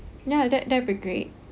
ya that that'll be great